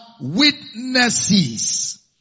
witnesses